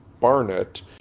Barnett